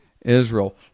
Israel